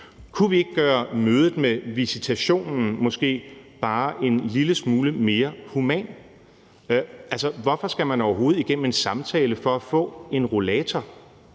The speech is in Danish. Kunne vi ikke gøre mødet med visitationen bare en lille smule mere human? Hvorfor skal man overhovedet igennem en samtale for at få en rollator?